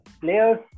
players